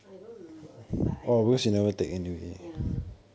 I don't remember but I ya